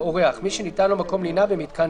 ""אורח" מי שניתן לו מקום לינה במיתקן